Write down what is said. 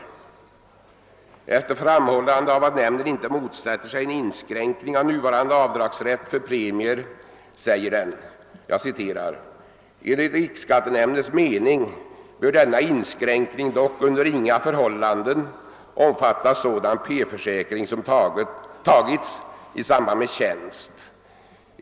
Sedan nämnden framhållit att man inte motsätter sig en inskränkning av nuvarande avdragsrätt för premier skriver man: »Enligt riksskattenämndens mening bör denna inskränkning dock under inga förhållanden omfatta sådan P-försäkring som tagits i samband med tjänst.